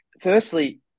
firstly